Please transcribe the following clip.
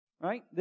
Right